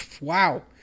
Wow